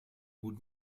would